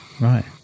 Right